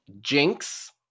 Jinx